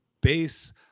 base